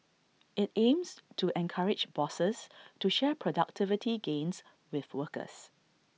IT aims to encourage bosses to share productivity gains with workers